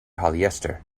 polyester